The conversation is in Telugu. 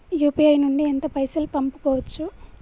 యూ.పీ.ఐ నుండి ఎంత పైసల్ పంపుకోవచ్చు?